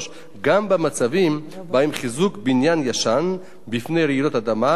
גם במצבים שבהם חיזוק בניין ישן מפני רעידות אדמה נעשה